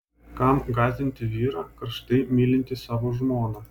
kam gąsdinti vyrą karštai mylintį savo žmoną